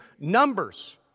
Numbers